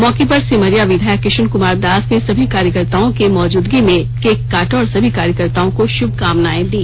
मौके पर सिमरिया विधायक किशुन कुमार दास ने सभी कार्यकर्ताओं के मौजूदगी में केक काटा और सभी कार्यकर्ताओं को शुभकामनाएँ दी